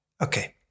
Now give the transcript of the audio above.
Okay